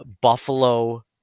Buffalo